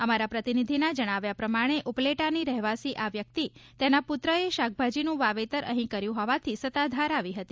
અમારા પ્રતિનિધિના જણાવ્યા પ્રમાણે ઉપલેટાની રહેવાસી આ વ્યક્તિ તેના પુત્રએ શાકભાજીનું વાવેતર અહીં કર્યું હોવાથી સતાધાર આવી હતી